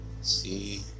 see